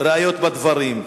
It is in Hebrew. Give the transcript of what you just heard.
ראיות בדברים.